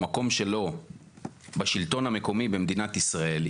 במקום שלו בשלטון המקומי במדינת ישראל,